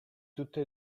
tutte